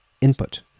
input